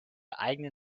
eigenen